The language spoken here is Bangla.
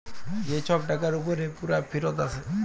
যে ছব টাকার উপরে পুরা ফিরত আসে